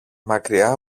μακριά